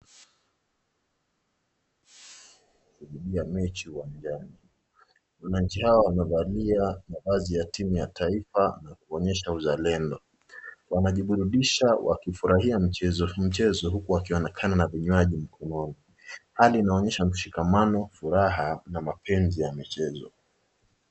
......wamevalia mavazi ya timu ya taifa nakuonyesha uzalendo, wanajiburudisha wakifurahia mchezo huku, wakionekana na vinywaji mkononi, hali inaonyesha, ushikamano, furaha na mapenzi ya michezo.